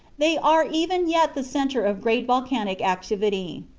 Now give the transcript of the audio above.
they are even yet the centre of great volcanic activity.